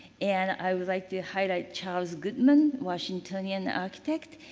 and i would like to highlight charles goodman, washingtonian architect.